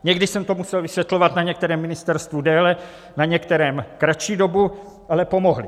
Někdy jsem to musel vysvětlovat na některém ministerstvu déle, na některém kratší dobu, ale pomohli.